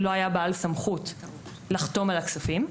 לא היה בעל סמכות לחתום על הכספים.